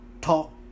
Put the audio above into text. Talk